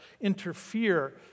interfere